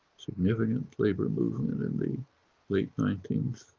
significant labour movement in the late nineteenth,